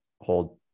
hold